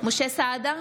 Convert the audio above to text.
משה סעדה,